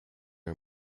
are